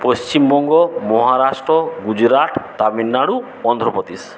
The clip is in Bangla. পশ্চিমবঙ্গ মহারাষ্ট্র গুজরাট তামিলনাড়ু অন্ধ্রপ্রদেশ